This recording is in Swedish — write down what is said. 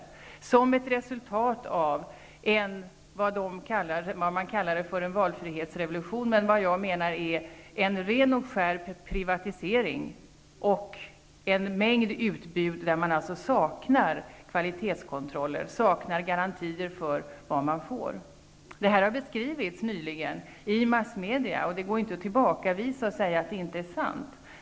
Detta har skett som ett resultat av något som man kallar en valfrihetsrevolution, men som jag menar är en ren och skär privatisering och en mängd utbud där man saknar kvalitetskontroller, saknar garantier för vad man skall få. Detta har nyligen bekrivits i massmedia. Det går inte att tillbakavisa och säga att det inte är sant.